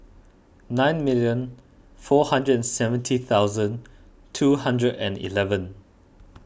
nine million four hundred and seventy thousand two hundred and eleven